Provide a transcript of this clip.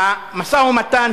המשא-ומתן,